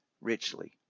richly